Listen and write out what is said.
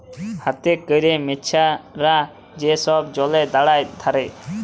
হাতে ক্যরে মেছরা যে ছব জলে দাঁড়ায় ধ্যরে